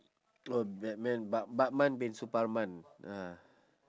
oh batman bat~ batman bin suparman ah